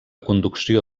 conducció